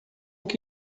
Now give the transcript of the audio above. que